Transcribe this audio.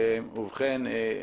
ובכן,